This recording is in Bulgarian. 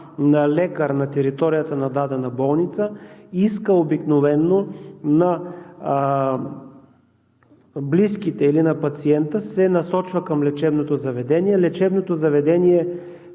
на лекар на територията на дадена болница, искът обикновено на близките или на пациента се насочва към лечебното заведение. Лечебното заведение